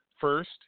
first